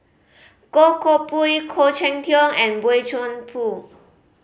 Goh Koh Pui Khoo Cheng Tiong and Boey Chuan Poh